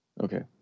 Okay